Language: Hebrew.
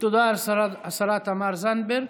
תודה, השרה תמר זנדברג.